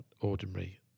ordinary